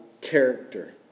character